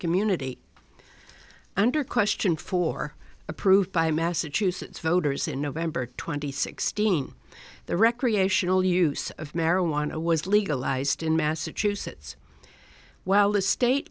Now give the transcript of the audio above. community under question four approved by massachusetts voters in november twenty sixth seen the recreational use of marijuana was legalized in massachusetts well the state